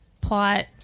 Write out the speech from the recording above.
plot